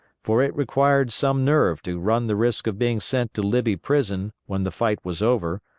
for it required some nerve to run the risk of being sent to libby prison when the fight was over,